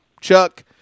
Chuck –